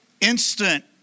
instant